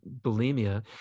bulimia